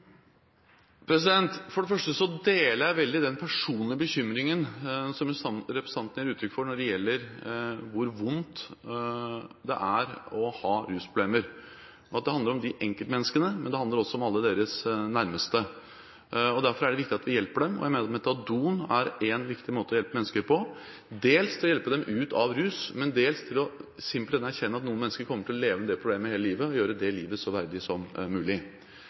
For det første deler jeg veldig den personlige bekymringen som representanten gir uttrykk for når det gjelder hvor vondt det er å ha rusproblemer. Det handler om enkeltmenneskene, men det handler også om alle deres nærmeste. Derfor er det viktig at vi hjelper dem, og jeg mener at metadon er én viktig måte å hjelpe mennesker på – dels til å hjelpe dem ut av rus, og dels til simpelthen å erkjenne at noen mennesker kommer til å leve med det problemet hele livet, og gjøre det livet så verdig som mulig.